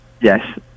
Yes